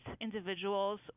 individuals